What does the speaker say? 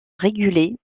réguler